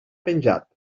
penjat